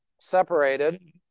separated